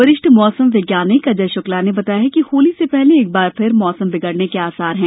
वरिष्ठ मौसम वैज्ञानिक अजय शक्ला ने बताया कि होली से पहले एकबार फिर मौसम बिगड़ने के आसार हैं